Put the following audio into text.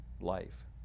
Life